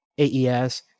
AES